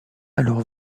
alors